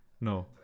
No